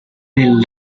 del